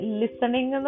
listening